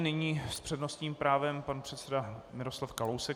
Nyní s přednostním právem pan předseda Miroslav Kalousek.